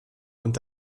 und